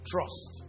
Trust